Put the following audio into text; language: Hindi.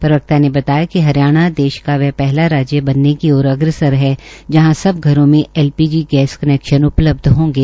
प्रवक्ता ने बताया कि हरियाणा देश का वह पहला राज्य बनने की ओर अग्रसर हैं जहां सब घरों में एलपीजी गैस कनैक्शन उपलब्ध होंगे